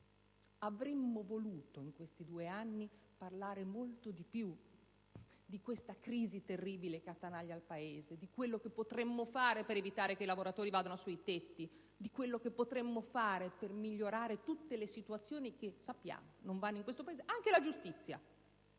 avremmo voluto, in questi due anni, parlare molto di più di questa crisi terribile che attanaglia il Paese, di quello che potremmo fare per evitare che i lavoratori vadano sui tetti, di quello che potremmo fare per migliorare tutte le situazioni che sappiamo non andare, anche la giustizia,